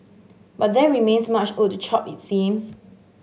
but there remains much wood to chop it seems